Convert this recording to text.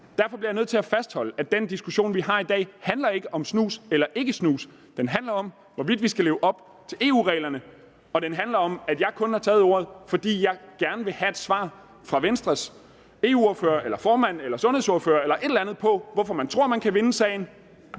Derfor bliver jeg nødt til at fastholde, at den diskussion, vi har i dag, ikke handler om snus eller ikke snus, den handler om, hvorvidt vi skal leve op til EU-reglerne. Og jeg har kun taget ordet, fordi jeg gerne vil have et svar fra Venstres EU-ordfører eller formand eller sundhedsordfører eller andre på, hvorfor man tror, man kan vinde sagen,